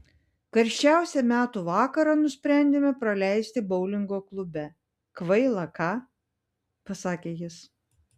karščiausią metų vakarą nusprendėme praleisti boulingo klube kvaila ką pasakė jis